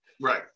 Right